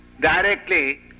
directly